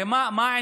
הרי מה העניין?